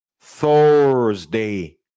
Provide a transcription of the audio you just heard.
Thursday